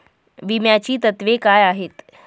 विम्याची तत्वे काय आहेत?